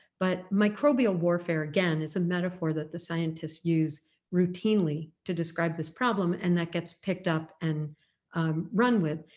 but microbial warfare again is a metaphor that the scientists use routinely to describe this problem and that gets picked up and run with,